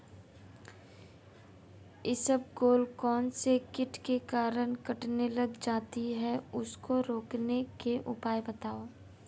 इसबगोल कौनसे कीट के कारण कटने लग जाती है उसको रोकने के उपाय बताओ?